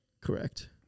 Correct